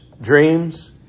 dreams